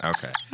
Okay